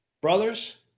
Brothers